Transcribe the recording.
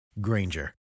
Granger